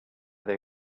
they